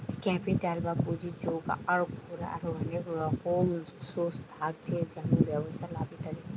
capital বা পুঁজি জোগাড় কোরার অনেক রকম সোর্স থাকছে যেমন ব্যবসায় লাভ ইত্যাদি